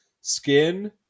skin